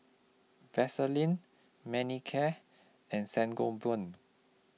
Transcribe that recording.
Vaselin Manicare and Sangobion